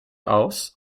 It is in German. aus